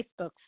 Facebook